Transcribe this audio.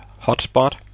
hotspot